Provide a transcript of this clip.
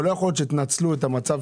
אבל לא יכול להיות שאתם תנצלו את המצב